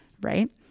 right